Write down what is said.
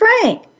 Frank